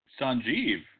Sanjeev